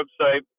website